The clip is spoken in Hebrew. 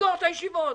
את הישיבות".